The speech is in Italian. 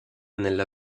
nella